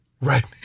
Right